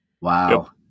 Wow